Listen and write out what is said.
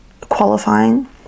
qualifying